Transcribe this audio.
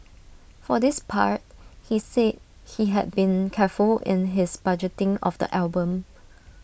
for this part he said he had been careful in his budgeting of the album